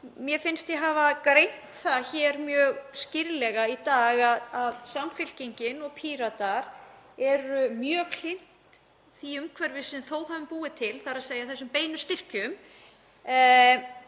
Mér finnst ég hafa greint það mjög skýrlega í dag að Samfylkingin og Píratar eru mjög hlynnt því umhverfi sem við höfum þó búið til, þ.e. þessum beinu styrkjum,